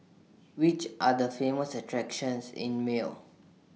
Which Are The Famous attractions in Male